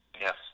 yes